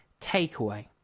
takeaway